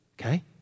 Okay